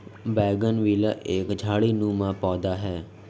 bougainvillea एक झाड़ीनुमा पौधा है